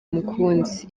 mukunzi